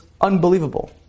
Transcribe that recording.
unbelievable